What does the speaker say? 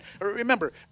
Remember